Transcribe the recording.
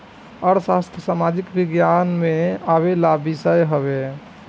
अर्थशास्त्र सामाजिक विज्ञान में आवेवाला विषय हवे